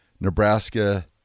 Nebraska –